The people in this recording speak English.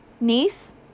Niece